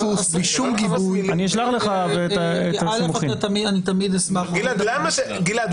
------ אני תמיד אשמח -- גלעד,